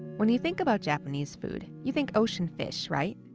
when you think about japanese food, you think ocean fish, right?